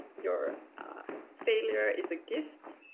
your failure is a gift,